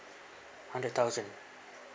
hundred thousand